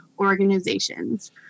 organizations